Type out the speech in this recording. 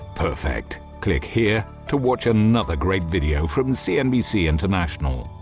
perfect. click here to watch another great video from and cnbc international.